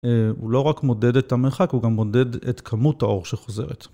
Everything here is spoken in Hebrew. הוא לא רק מודד את המרחק, הוא גם מודד את כמות האור שחוזרת.